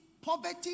poverty